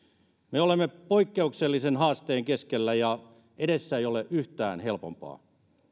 me olemme poikkeuksellisen haasteen keskellä ja edessä ei ole yhtään helpompaa